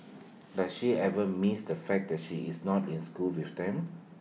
does she ever miss the fact that she is not in school with them